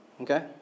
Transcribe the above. Okay